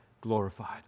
glorified